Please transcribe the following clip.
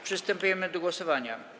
Przystępujemy do głosowania.